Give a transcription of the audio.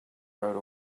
rode